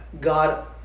God